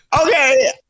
Okay